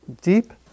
deep